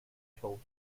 told